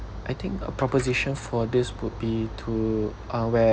I think a proposition for this would be to uh where